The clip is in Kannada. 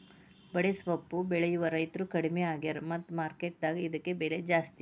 ಬಡೆಸ್ವಪ್ಪು ಬೆಳೆಯುವ ರೈತ್ರು ಕಡ್ಮಿ ಆಗ್ಯಾರ ಮತ್ತ ಮಾರ್ಕೆಟ್ ದಾಗ ಇದ್ಕ ಬೆಲೆ ಜಾಸ್ತಿ